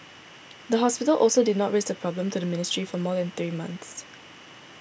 the hospital also did not raise the problem to the ministry for more than three months